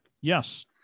Yes